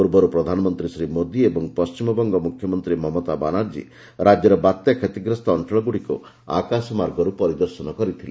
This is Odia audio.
ପୂର୍ବରୁ ପ୍ରଧାନମନ୍ତ୍ରୀ ଶ୍ରୀ ମୋଦୀ ଓ ପଣ୍ଟିମବଙ୍ଗ ମୁଖ୍ୟମନ୍ତ୍ରୀ ମମତା ବାନାର୍ଜୀ ରାଜ୍ୟର ବାତ୍ୟା କ୍ଷତିଗ୍ରସ୍ତ ଅଞ୍ଚଳଗୁଡ଼ିକୁ ଆକାଶମାର୍ଗରୁ ପରିଦର୍ଶନ କରିଥିଲେ